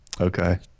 okay